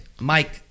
Mike